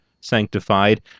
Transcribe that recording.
sanctified